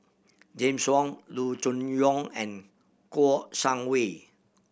James Wong Loo Choon Yong and Kouo Shang Wei